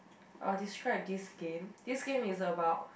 oh describe this game this game is about